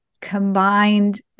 combined